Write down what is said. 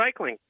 recycling